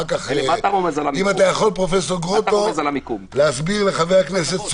אם תוכל להסביר לחבר הכנסת סובה,